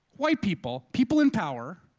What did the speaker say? white people, people in power,